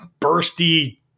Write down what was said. bursty